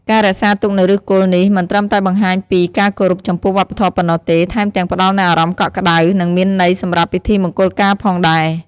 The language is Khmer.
ការរក្សាទុកនូវឫសគល់នេះ មិនត្រឹមតែបង្ហាញពីការគោរពចំពោះវប្បធម៌ប៉ុណ្ណោះទេ ថែមទាំងផ្តល់នូវអារម្មណ៍កក់ក្តៅ និងមានន័យសម្រាប់ពិធីមង្គលការផងដែរ។